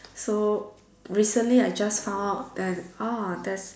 so recently I just found out and how that